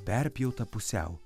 perpjautą pusiau